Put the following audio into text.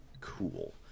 cool